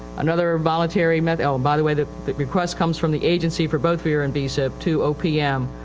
another voluntary method, oh by the way the request comes from the agency for both vera and vsip to opm.